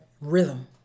rhythm